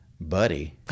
Buddy